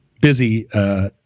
Busy